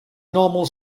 normal